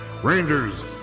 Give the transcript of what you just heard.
Rangers